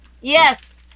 Yes